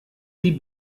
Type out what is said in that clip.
die